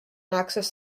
access